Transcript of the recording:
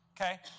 Okay